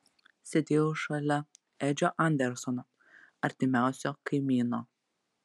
sėdėjau šalia edžio andersono artimiausio kaimyno